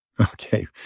Okay